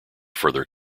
further